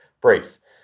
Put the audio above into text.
briefs